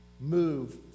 move